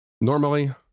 normally